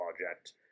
project